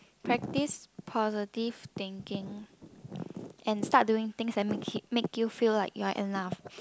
practice positive thinking and start doing things that make it make you feel like you're enough